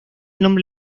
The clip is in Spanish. nombre